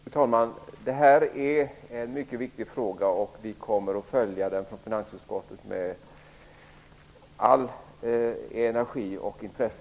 Fru talman! Detta är en mycket viktig fråga. Vi kommer från finansutskottet att i fortsättningen följa den med all energi och allt intresse.